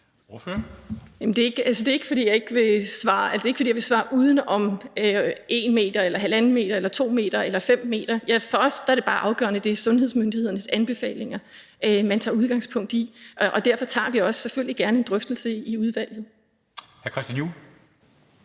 det er ikke, fordi jeg vil svare udenom i forhold til 1 m eller 1½ m eller 2 m eller 5 m, for os er det bare afgørende, at det er sundhedsmyndighedernes anbefalinger, man tager udgangspunkt i, og derfor tager vi selvfølgelig også gerne en drøftelse i udvalget.